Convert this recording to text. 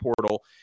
portal